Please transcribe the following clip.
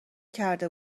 کرده